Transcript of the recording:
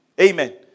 Amen